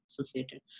associated